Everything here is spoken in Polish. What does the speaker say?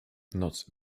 noc